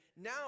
now